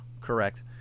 correct